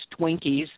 Twinkies